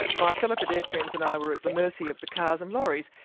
and my fellow pedestrians and i were at the mercy of the cars and lorries.